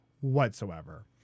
whatsoever